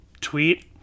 tweet